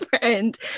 friend